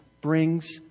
brings